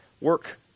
work